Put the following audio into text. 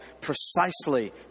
precisely